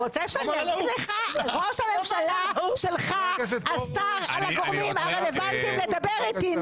ראש הממשלה שלך אסר על הגורמים הרלוונטיים לדבר איתי,